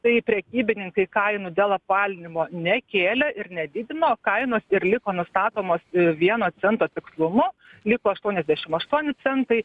tai prekybininkai kainų dėl apvalinimo nekėlė ir nedidino o kainos ir liko nustatomos vieno cento tikslumu liko aštuoniasdešim aštuoni centai